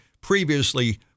previously